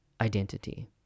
identity